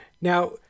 Now